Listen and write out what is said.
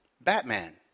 Batman